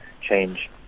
change